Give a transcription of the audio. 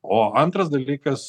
o antras dalykas